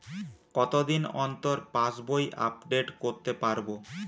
কতদিন অন্তর পাশবই আপডেট করতে পারব?